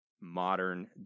modern